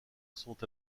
sont